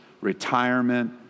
retirement